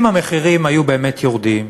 אם המחירים היו באמת יורדים,